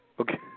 Okay